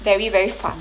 very very 烦